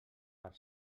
per